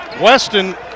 Weston